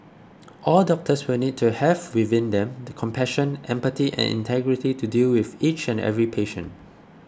all doctors will need to have within them the compassion empathy and integrity to deal with each and every patient